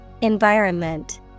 Environment